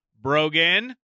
Brogan